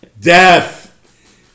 death